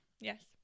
Yes